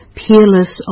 peerless